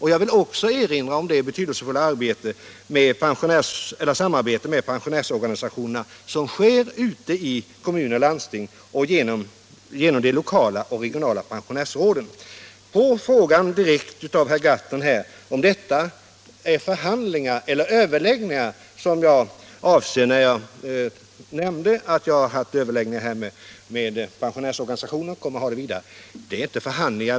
Vidare vill jag erinra om det betydelsefulla samarbete med pensionärsorganisationerna som sker ute i kommuner och landstingsområden och genom de lokala och regionala pensionärsråden. Herr Gahrton ställde en direkt fråga, om det var förhandlingar eller överläggningar som jag avsåg när jag nämnde att jag haft överläggningar med pensionärsorganisationer och kommer att ha det i fortsättningen.